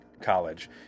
college